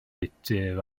budr